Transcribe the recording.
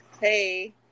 Hey